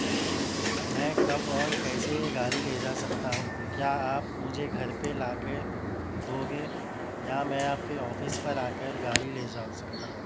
میں کب اور کیسے یہ گاڑی لے جا سکتا ہوں کیا آپ مجھے گھر پہ لا کے دو گے یا میں آپ کے آفس پر آ کر گاڑی لے جا سکتا ہوں